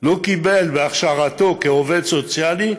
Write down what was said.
לא קיבל בהכשרתו כעובד סוציאלי,